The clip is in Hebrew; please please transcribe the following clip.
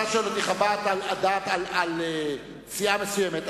אתה מבקש ממני חוות דעת על סיעה מסוימת.